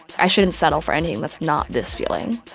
i shouldn't settle for anything that's not this feeling.